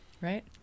Right